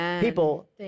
people